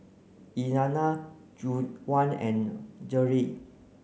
Elliana Juwan and Jerrell